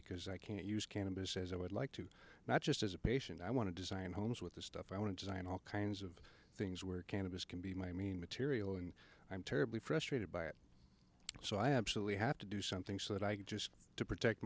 because i can't use cannabis as i would like to not just as a patient i want to design homes with the stuff i want to sign all kinds of things where cannabis can be my mean material and i'm terribly frustrated by it so i absolutely have to do something so that i can just to protect